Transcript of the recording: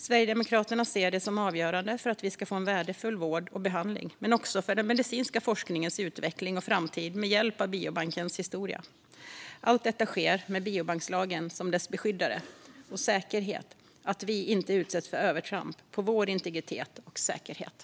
Sverigedemokraterna ser detta som avgörande för att vi ska få värdefull vård och behandling men också för den medicinska forskningens utveckling och framtid med hjälp av biobankens historia. Allt detta sker med biobankslagen, som ger ett skydd och säkerställer att vi och vår integritet och säkerhet inte utsätts för övertramp.